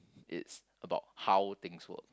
it's about how things work